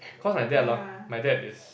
cause my dad lah my dad is